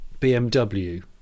BMW